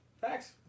Thanks